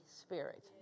Spirit